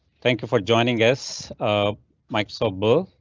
thank you for joining us a microsoft bill.